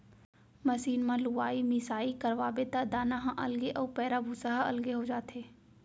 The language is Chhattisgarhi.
मसीन म लुवाई मिसाई करवाबे त दाना ह अलगे अउ पैरा भूसा ह अलगे हो जाथे